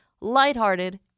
lighthearted